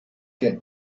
der